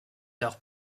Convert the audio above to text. leurs